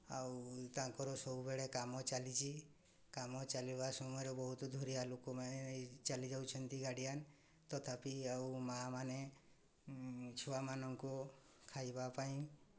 ଆଉ ତାଙ୍କର ସବୁବେଳେ କାମ ଚାଲିଛି କାମ ଚାଲିବା ସମୟରେ ବହୁତ ଦୂରିଆ ଲୋକମାନେ ଚାଲି ଯାଉଛନ୍ତି ଗାଡ଼ିଆନ ତଥାପି ଆଉ ମା'ମାନେ ଛୁଆମାନଙ୍କୁ ଖାଇବା ପାଇଁ